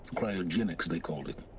cryogenics they called it.